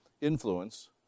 influence